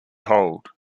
hold